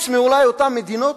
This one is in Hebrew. אולי חוץ מאותן מדינות